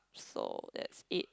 so that's it